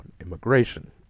immigration